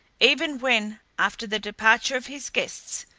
even when, after the departure of his guests,